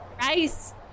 Rice